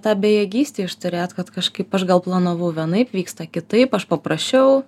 ta bejėgystė išturėt kad kažkaip aš gal planavau vienaip vyksta kitaip aš paprašiau